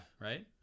right